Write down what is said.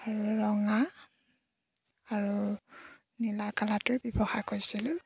আৰু ৰঙা আৰু নীলা কালাৰটো ব্যৱহাৰ কৰিছিলোঁ